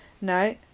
No